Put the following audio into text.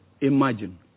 imagine